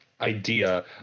idea